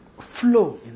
flow